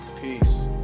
Peace